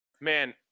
Man